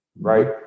right